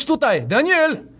Daniel